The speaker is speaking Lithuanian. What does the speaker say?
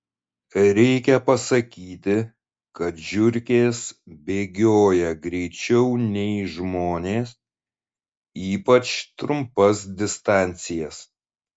reikia pasakyti kad žiurkės bėgioja greičiau nei žmonės ypač trumpas distancijas